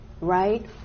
right